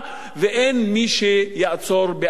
ואין מי שיעצור בעד זה.